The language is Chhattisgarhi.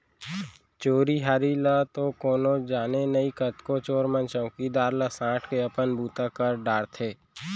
चोरी हारी ल तो कोनो जाने नई, कतको चोर मन चउकीदार ला सांट के अपन बूता कर डारथें